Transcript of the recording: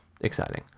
exciting